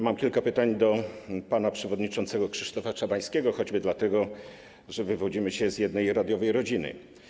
Mam kilka pytań do pana przewodniczącego Krzysztofa Czabańskiego, choćby dlatego, że wywodzimy się z jednej radiowej rodziny.